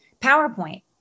PowerPoint